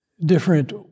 different